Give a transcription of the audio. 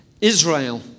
Israel